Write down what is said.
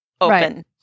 open